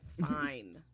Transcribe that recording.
Fine